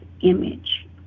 image